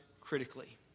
critically